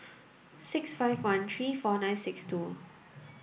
six five one three four nine six two